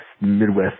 Midwest